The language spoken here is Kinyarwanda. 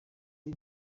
uyu